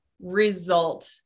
result